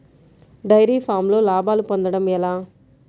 Dairy ఫామ్లో లాభాలు పొందడం ఎలా?